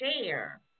share